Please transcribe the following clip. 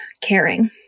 caring